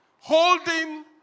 Holding